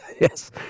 Yes